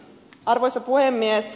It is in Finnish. arvoisa puhemies